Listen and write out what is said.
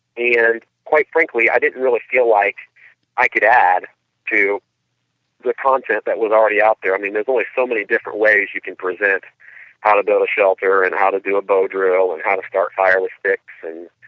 and quite frankly i didn't really feel like i could add to the concept that was already out there, i mean there is always so many different ways you can present how to build a shelter and how to do a bow drill and how to start fire with sticks.